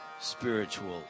spiritual